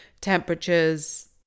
temperatures